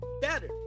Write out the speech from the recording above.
better